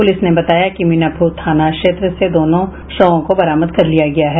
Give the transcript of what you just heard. police ने बताया कि मीनापुर थाना क्षेत्र से दोनों शवों को बरामद कर लिया गया है